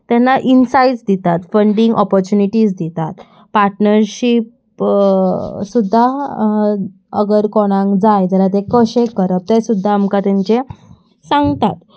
तेन्ना इन्सायट्स दितात funding opportunities दितात पार्टनर्शीप सुद्दां अगर कोणाक जाय जाल्यार तें कशें करप तें सुद्दां आमकां तेंचे सांगतात